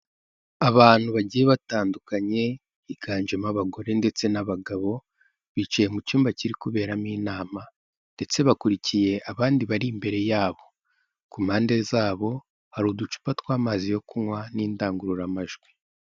Abantu bagiye batandukanye higanjemo abagore ndetse n'abagabo, bicaye mu cyumba kiri kuberamo inama ndetse bakurikiye abandi bari imbere yabo, ku mpande zabo hari uducupa tw'amazi yo kunywa n'indangururamajwi.